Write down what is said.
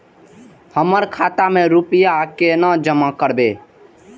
हम खाता में रूपया केना जमा करबे?